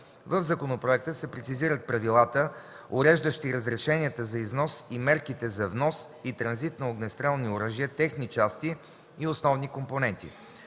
в законопроекта се прецизират правилата, уреждащи разрешенията за износ и мерките за внос и транзит на огнестрелни оръжия, техни части и основни компоненти.